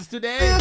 Today